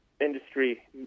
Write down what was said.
industry